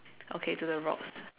okay to the rocks